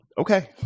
Okay